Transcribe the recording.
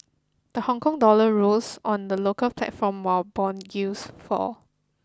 the Hong Kong dollar rose on the local platform while bond yields fall